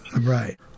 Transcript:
Right